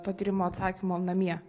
to tyrimo atsakymo namie